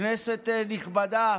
כנסת נכבדה,